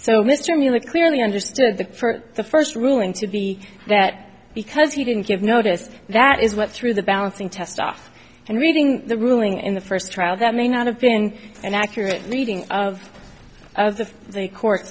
so mr mueller clearly understood that for the first ruling to be that because he didn't give notice that is what threw the balancing test off and reading the ruling in the first trial that may not have been an accurate reading of the they court